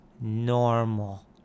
normal